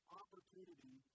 opportunity